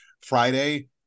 Friday